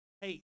Hey